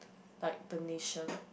like the nation